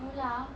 no lah